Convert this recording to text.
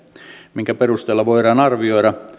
minkä perusteella voidaan arvioida